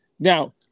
Now